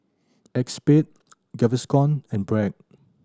Acexspade Gaviscon and Bragg